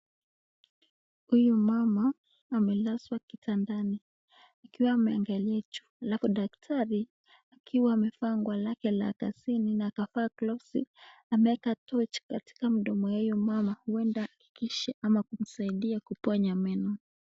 Huyu mama amelazwa kitandani akiwa ameangalia juu, alafu daktari akiwa amevaa nguo lake la kazini na akavaa glovsi ameeka torch katika mdomo wa huyo mama, huenda aakishe ama kuponya meno.